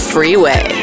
Freeway